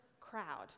crowd